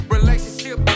Relationship